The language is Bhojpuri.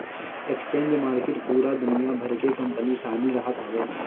एक्सचेंज मार्किट पूरा दुनिया भर के कंपनी शामिल रहत हवे